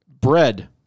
bread